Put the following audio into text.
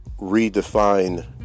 redefine